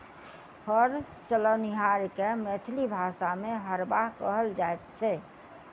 हर चलओनिहार के मैथिली भाषा मे हरवाह कहल जाइत छै